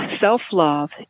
self-love